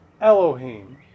Elohim